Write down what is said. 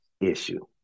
issue